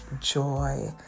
joy